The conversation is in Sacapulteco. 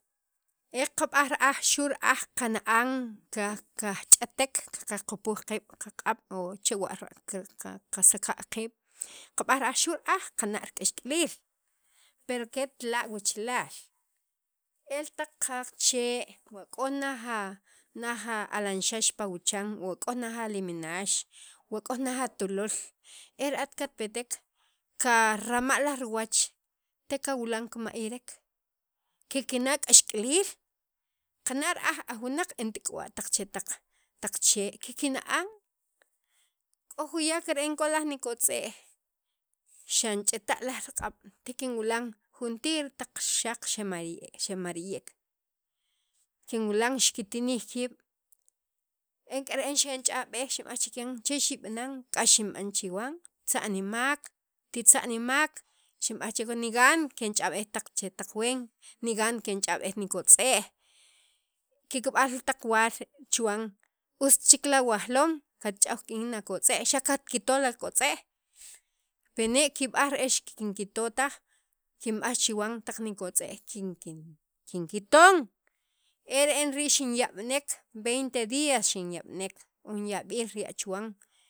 e qab'aj ra'aj xu' ra'aj qana'an qaj qaj ch'atek qaq qupuj qiib' qa q'ab' o chewa' qasaka' qiib' qab'aj ra'aj xu' ra'aj qana' k'axk'aliil pero ketla' wachalaal e taq chee' wa k'o naj a naj alanxax pa wucan wa k'o junaj a limnax, k'o laj atulol e ra'at katpetek karima' laj riwach te kawilan kimayarek kikna' k'axk'aliil qana' ra'aj aj wunaq ent k'uwa' taq chetaq, taq chee' kikna'an kk'o juyak re'en k'o laj nikotz'e'j xanch'ita' laj riq'ab' te kinwilan junti taq rixaq xe myre mayreq kinwilan xiktinij kiib' en k'ere re'en xinch'ab'ej xinb'aj chikyan che xib'anan k'ax xinb'an chiwan tza'nimak te tz'nimak nigan kinch'ab'ej chetaq ween nigan kinxh'b'ej nikot'ej kikb'aj ta waal chuwan ost chek awajloom katch'aw kik'in akotz'e'j xa' katkito la kotz'e'j pene' kib'aj re'ex kinkitotaj kinb'aj chiwan taq nikotz'ej kinkinton e re'en rii' xinyab'nek veinte dias xinyab'nike k'o jun yab'iil riya' chuwan.